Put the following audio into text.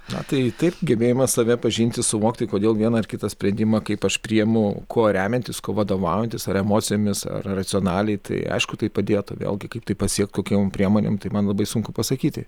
na tai taip gebėjimas save pažinti suvokti kodėl vieną ar kitą sprendimą kaip aš priimu kuo remiantis kuo vadovaujantis ar emocijomis ar racionaliai tai aišku tai padėtų vėlgi kaip tai pasiekt kokiom priemonėm tai man labai sunku pasakyti